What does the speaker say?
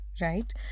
right